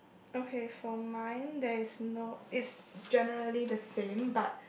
okay from mind there's no it's generally the same but